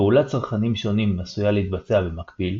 פעולת צרכנים שונים עשויה להתבצע במקביל,